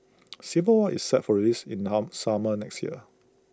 civil war is set for release in harm summer next year